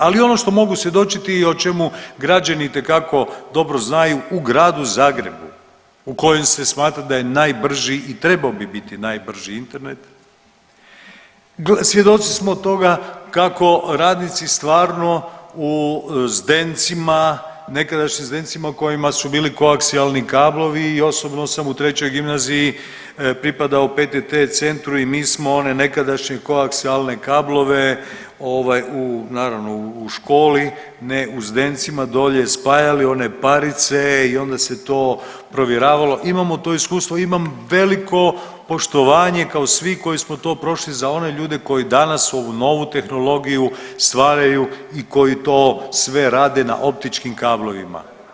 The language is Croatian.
Ali ono što mogu svjedočiti i o čemu građani itekako dobro znaju u Gradu Zagrebu u kojem se smatra da je najbrži i trebao bi biti najbrži internet, svjedoci smo toga kako radnici stvarno u zdencima, nekadašnjim zdencima u kojima su bili koaksijalni kablovi i osobno sam u 3. gimnaziji pripadao PTT centru i mi smo one nekadašnje koaksijalne kablove ovaj u, naravno u školi ne u zdencima dolje spajali one parice i onda se to provjeravalo, imamo to iskustvo, imam veliko poštovanje kao svi koji smo to prošli za one ljude koji danas ovu novu tehnologiju stvaraju i koji to sve rade na optičkim kablovima.